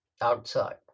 outside